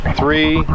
three